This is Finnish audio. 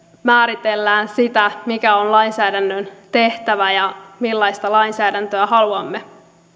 määritellään sitä mikä on lainsäädännön tehtävä ja millaista lainsäädäntöä haluamme